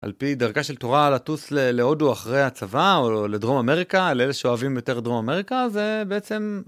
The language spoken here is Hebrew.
על פי דרכה של תורה לטוס להודו אחרי הצבא או לדרום אמריקה לאלה שאוהבים יותר דרום אמריקה זה בעצם.